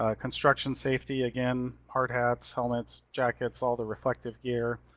ah construction safety, again, hard hats, helmets, jackets, all the reflective gear,